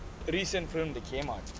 recent film the kmart